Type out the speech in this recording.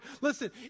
Listen